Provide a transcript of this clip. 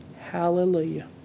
Hallelujah